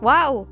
Wow